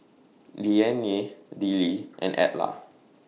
Leanne Dillie and Edla